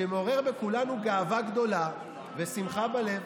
שמעורר בכולנו גאווה גדולה ושמחה בלב.